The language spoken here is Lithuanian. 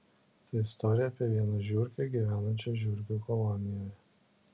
tai istorija apie vieną žiurkę gyvenančią žiurkių kolonijoje